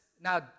now